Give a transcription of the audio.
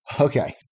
Okay